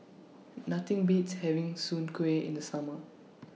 Nothing Beats having Soon Kuih in The Summer